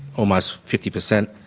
almost fifty percent.